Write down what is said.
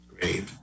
Great